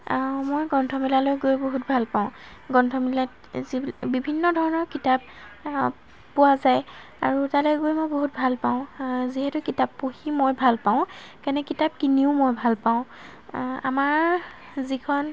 মই গ্ৰন্থমেলালৈ গৈ বহুত ভাল পাওঁ গ্ৰন্থমেলাত যিবি বিভিন্ন ধৰণৰ কিতাপ পোৱা যায় আৰু তালৈ গৈ মই বহুত ভাল পাওঁ যিহেতু কিতাপ পঢ়ি মই ভাল পাওঁ সেইকাৰণে কিতাপ কিনিও মই ভাল পাওঁ আমাৰ যিখন